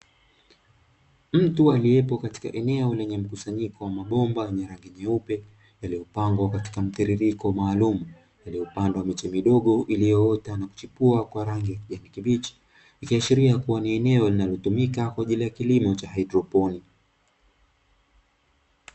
Mtu aliyepo katika eneo lenye mkusanyiko wa mabomba yenye rangi nyeupe, yaliyopangwa katika mtiririko maalumu, yaliyopandwa miche midogo, iliyoota na kuchipua kwa rangi ya kijani kibichi, ikiashiria kuwa ni eneo linalo tumika kwaajili ya kilimo cha haidroponi.